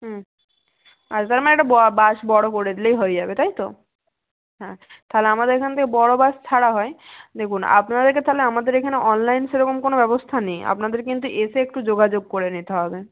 হুম আছা তার মানে একটা বাস বড়ো করে দিলেই হয়ে যাবে তাই তো হ্যাঁ তাহলে আমাদের এখান থেকে বড়ো বাস ছাড়া হয় দেখুন আপনাদেরকে তাহলে আমাদের এখানে অনলাইন সেরকম কোনো ব্যবস্থা নেই আপনাদেরকে কিন্তু এসে একটু যোগাযোগ করে নিতে হবে